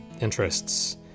interests